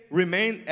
remain